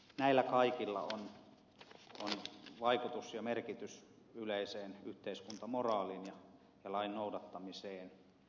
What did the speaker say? näillä kaikilla on vaikutus ja merkitys yleiseen yhteiskuntamoraaliin ja lain noudattamiseen